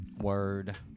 word